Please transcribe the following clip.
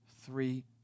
three